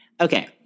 Okay